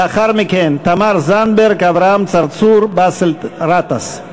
לאחר מכן, תמר זנדברג, אברהם צרצור, באסל גטאס.